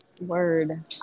word